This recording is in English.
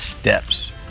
steps